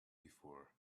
before